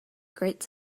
great